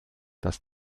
das